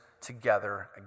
together